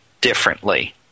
differently